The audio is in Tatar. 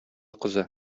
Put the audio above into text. кызы